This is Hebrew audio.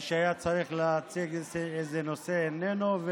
מי שהיה צריך להציג איזה נושא איננו,